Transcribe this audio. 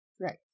Right